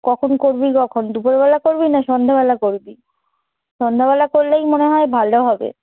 কখন করবি কখন দুপুরবেলা করবি না সন্ধ্যেবেলা করবি সন্ধ্যেবেলা করলেই মনে হয় ভালো হবে